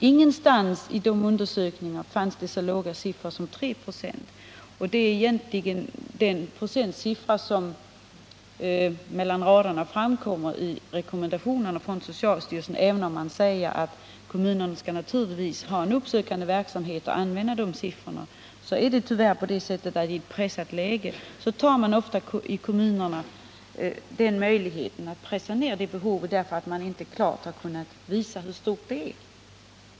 Ingen av undersökningarna visade en så låg siffra som 3 96; det är den siffra som man mellan raderna kan läsa ut i socialstyrelsens rekommendationer. Även om man säger att kommunen givetvis skall ha en uppsökande verksamhet och utgå ifrån dessa siffror, är det tyvärr så att man i kommunerna i ett ansträngt läge använder sig av möjligheterna att ange ett lägre behov, eftersom man inte klart lyckats visa hur stort det är.